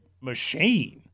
machine